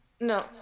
no